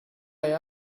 they